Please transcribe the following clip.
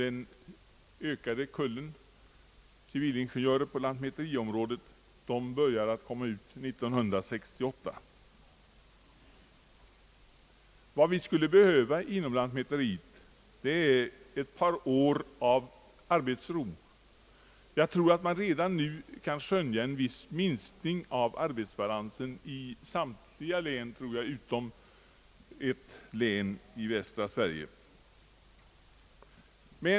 Den första stora kullen civilingenjörer på lantmäteriområdet blir färdig under år 1968. Vad vi skulle behöva i lantmäteriet är ett par år av arbetsro. Jag tror att man redan nu kan skönja en viss minskning av arbetsbalansen i samtliga län utom ett län i Västsverige.